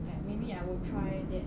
like maybe I will try that